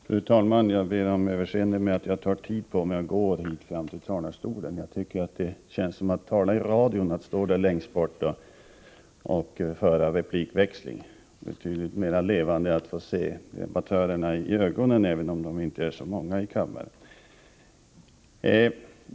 Fru talman! Jag ber om överseende med att jag tar tid på mig för att gå hit fram till talarstolen. Jag tycker att det känns som att tala i radio att stå där längst bort och växla repliker; det är betydligt mera levande att få se debattörerna i ögonen, även om de inte är så många i kammaren.